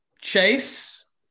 Chase